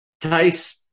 Tice